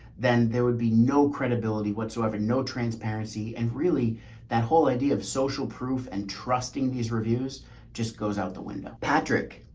then there would be no credibility whatsoever. no transparency and really that whole idea of social proof and trusting these reviews just goes out the window. patrick,